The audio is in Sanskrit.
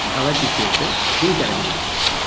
भवति चेत् किङ्करणीयम् इति